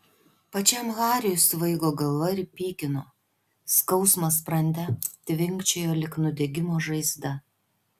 pačiam hariui svaigo galva ir pykino skausmas sprande tvinkčiojo lyg nudegimo žaizda